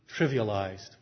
trivialized